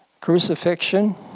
Crucifixion